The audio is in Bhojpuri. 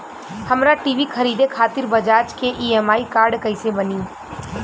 हमरा टी.वी खरीदे खातिर बज़ाज़ के ई.एम.आई कार्ड कईसे बनी?